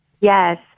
Yes